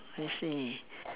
I see